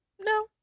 No